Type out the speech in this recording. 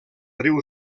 riu